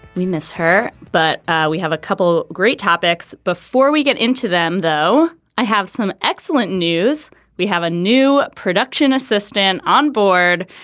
we miss her but we have a couple great topics before we get into them. though i have some excellent news we have a new production assistant onboard.